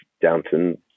Downton